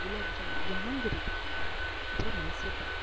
குலாப்ஜாமுன் ஜாங்கிரி அப்புறம் மைசூர் பாக்